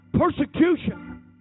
persecution